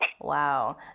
Wow